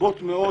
רבות מאוד